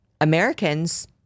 Americans